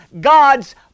God's